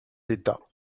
d’état